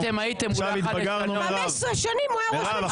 היה ראש ממשלה במשך 15 שנים.